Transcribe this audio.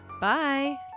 Bye